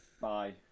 Bye